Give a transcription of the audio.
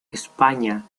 españa